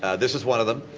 ah this is one of them.